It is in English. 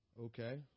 okay